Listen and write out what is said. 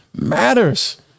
Matters